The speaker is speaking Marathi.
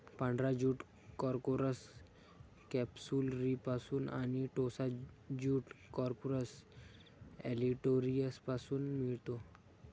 पांढरा ज्यूट कॉर्कोरस कॅप्सुलरिसपासून आणि टोसा ज्यूट कॉर्कोरस ऑलिटोरियसपासून मिळतो